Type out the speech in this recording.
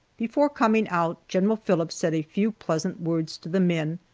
before coming out, general phillips said a few pleasant words to the men,